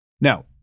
Now